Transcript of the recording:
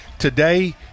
Today